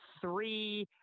three